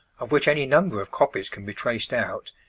of which any number of copies can be traced out,